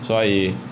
所以